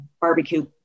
barbecue